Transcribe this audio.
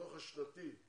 הדוח השנתי של